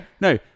no